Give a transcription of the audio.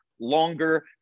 longer